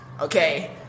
Okay